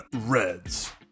Reds